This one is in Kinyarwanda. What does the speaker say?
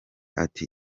ati